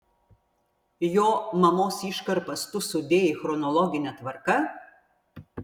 jo mamos iškarpas tu sudėjai chronologine tvarka